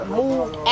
moved